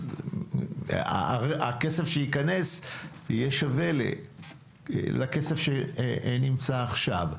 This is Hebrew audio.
הכסף שייכנס יהיה שווה לכסף שנמצא כעת.